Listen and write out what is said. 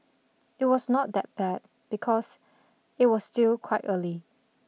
it was not that bad because it was still quite early